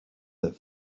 that